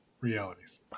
realities